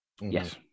Yes